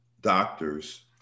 doctors